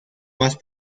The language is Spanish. más